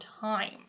time